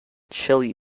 chili